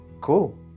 cool